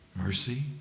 mercy